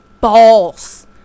balls